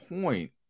point